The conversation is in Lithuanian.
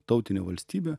tautinė valstybė